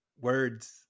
words